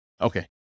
Okay